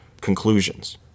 conclusions